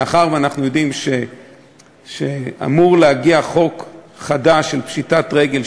מאחר שאנחנו יודעים שאמור להגיע חוק חדש של פשיטת רגל,